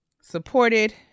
supported